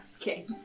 Okay